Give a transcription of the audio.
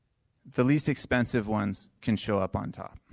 the least expensive ones can show up on top.